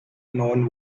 known